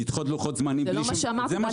לדחות לוחות זמנים --- זה לא מה שאמרתי,